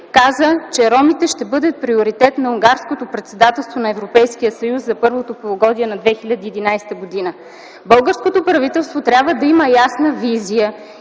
каза, че ромите ще бъдат приоритет на Унгарското председателство на Европейския съюз за първото полугодие на 2011 г. Българското правителство трябва да има ясна визия,